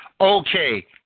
Okay